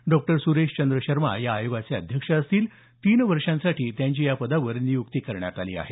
डॉ सुरेशचंद्र शर्मा या आयोगाचे अध्यक्ष असतील तीन वर्षांसाठी त्यांची या पदावर नियुक्ती करण्यात आली आहे